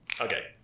okay